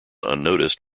unnoticed